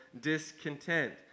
discontent